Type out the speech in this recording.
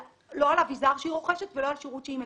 לא על אביזר שהיא רוכשת ולא על שירות שהיא מקבלת.